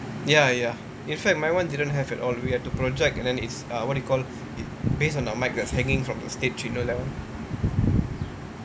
ya ya in fact my [one] didn't have at all we have to project and then it's err what you call it based on our microphones that's hanging from the stage you know that [one]